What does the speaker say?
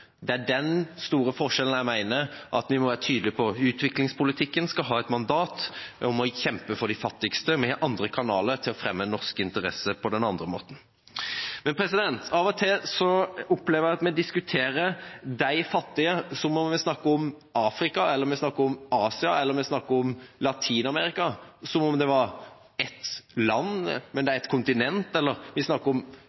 Det er den store forskjellen jeg mener vi må være tydelig på. Utviklingspolitikken skal ha et mandat om å kjempe for de fattigste. Vi har andre kanaler til å fremme norske interesser ellers på. Av og til opplever jeg at når vi diskuterer de fattige, snakker vi om Afrika, Asia eller Latin-Amerika som om det er ett land, men det er kontinenter. Vi snakker om én gruppe istedenfor å gå inn på de store forskjellene som er der. 112 land, ja det